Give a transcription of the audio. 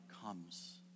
comes